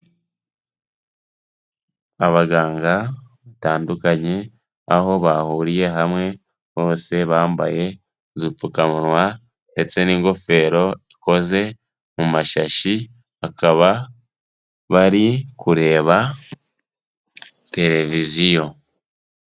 Abaganga batandukanye, aho bahuriye hamwe bose bambaye udupfukamunwa ndetse n'ingofero ikoze mu mashashi, akaba bari kureba televiziyo.